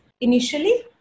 initially